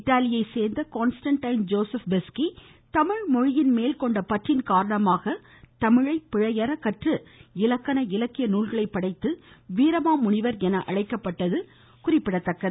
இத்தாலியைச் சேர்ந்த Constantine Joseph Beschi Tamil மொழியின்மேல் கொண்ட பற்றின் காரணமாக தமிழை பிழையற கற்று இலக்கண இலக்கிய நூல்களை படைத்து வீரமா முனிவர் என அழைக்கப்பட்டது குறிப்பிடத்தக்கது